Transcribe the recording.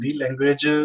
language